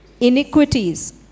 iniquities